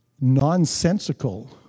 nonsensical